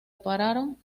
apartaron